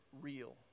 real